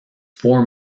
four